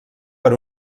per